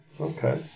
Okay